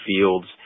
fields